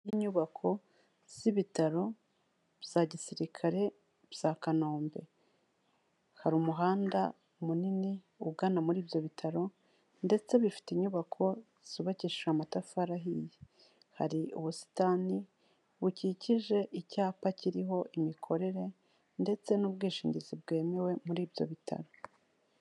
Inyubako z'ibitaro bya gisirikare bya Kanombe, hari umuhanda munini ugana muri ibyo bitaro, ndetse bifite inyubako zubakishije amatafari ahiye, hari ubusitani bukikije icyapa kiriho imikorere, ndetse n'ubwishingizi bwemewe muri ibyo bitaro.